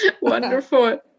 Wonderful